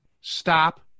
stop